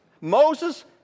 Moses